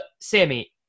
Sammy